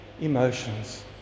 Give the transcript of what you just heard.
emotions